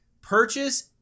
Purchase